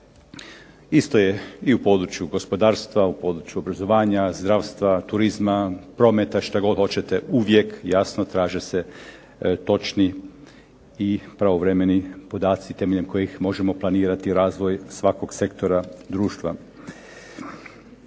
Isto je i u području gospodarstva, u području obrazovanja, zdravstva, turizma, prometa što god hoćete. Uvijek, jasno traže se točni i pravovremeni podaci temeljem kojih možemo planirati razvoj svakog sektora društva.